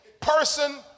person